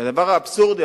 והדבר האבסורדי,